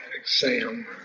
exam